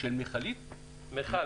מיכל